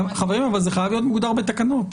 חברים, זה חייב להיות מוגדר בתקנות.